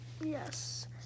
Yes